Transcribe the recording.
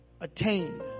attained